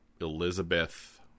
Elizabeth